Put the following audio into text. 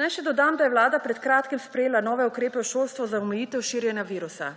Naj še dodam, da je Vlada pred kratkim sprejela nove ukrepe v šolstvu za omejitev širjenja virusa.